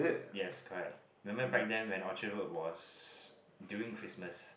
yes correct remember back then when Orchard-Road was during Christmas